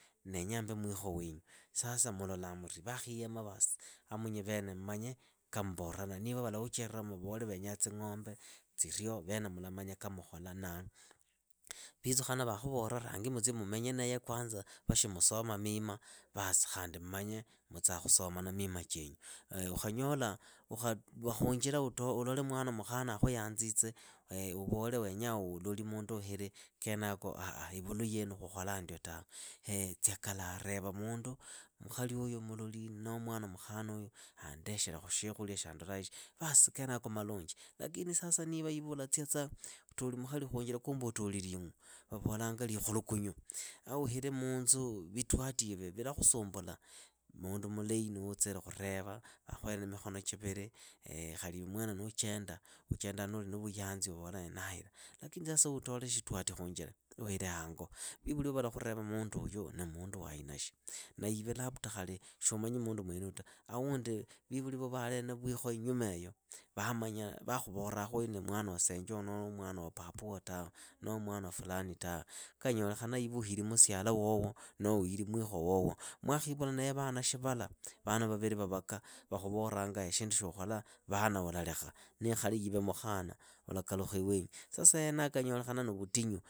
Ndenyaa mbe mwikho wenyu. sasa mulolaa uri, vaakhiyama vakhavuchira vavole venyaa tsing'ombe tsirio vene mulamanya ka mukhola na vitsukhana vakhuvola rangi mutsi mumenye naye kwanza vashimusoma mima, vas khandi mmanye mutsaa khusomana mima chenu. Ukhava khunjira ulole mwana mukhana akhuyanzitse uvole uloli mundu uhile, kenako ah, ivuluyainu khukholaa ndio tawe, tsia kalaha reva mundu. mukhaliuyu muloli noho mwana mukhanauyu, andekhelekhu shikhulia shaandolaishi, vas kenako malunji. Lakini sasa niva ive ulatsiatsa utoli mukhali khunjira kumbe utoli ling'u. Vavolanga likhulukunyu, a uhire munzu vitwatiivi vilakhusumbula. Mundu mulahi ni wuutsire khureva. vakhuhere na mikhono chiviri khali mwene nuuchenda uchenda nuuli na vuyanzi uvola ndahira. Lakini sasa utole shitwati khuunjira, uuhire hango, vivuli vo valakhureva munduuyu ni mundu wa aina shi, na iwe lapta khali shuumanyi mundu mwenuyu ta, awundi vivuli vo vali na vwikho inyumeeyo, vakhuvolakhu uyu ni mwana wa senje wo noo mwana wa papa wo tawe, noo mwana fukani tawe, a kanyolekhana iwe uhili musiala wowo, noho uhili mwikho wowo. Mwakhivula naye vana shivala vana vavili vavaka vakhuvolanga shindu shiukhola vana ulalekha, nikhali ive mukhana ulakalukha iwenyu. Sasa henaho kanyolekhana ni vutinyu.